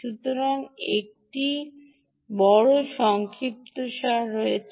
সুতরাং বড় সংক্ষিপ্তসার রয়েছে